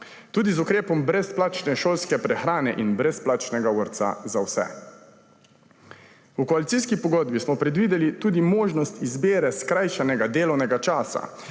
tudi z ukrepom brezplačne šolske prehrane in brezplačnega vrtca za vse. V koalicijski pogodbi smo predvideli tudi možnost izbire skrajšanega delovnega časa.